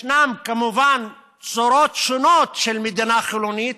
ישנן כמובן צורות שונות של מדינה חילונית.